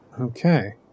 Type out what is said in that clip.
Okay